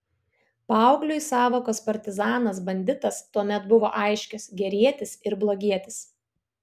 paaugliui sąvokos partizanas banditas tuomet buvo aiškios gerietis ir blogietis